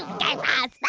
guy raz?